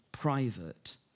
private